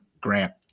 grant